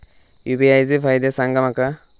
UPI चे फायदे सांगा माका?